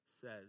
says